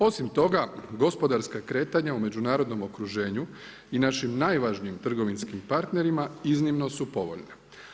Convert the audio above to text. Osim toga, gospodarska kretanja u međunarodnom okruženju i našim najvažnijim trgovcima i partnerima iznimno su povoljne.